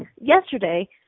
yesterday